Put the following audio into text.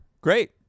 great